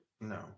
No